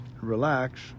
relax